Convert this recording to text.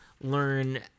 learn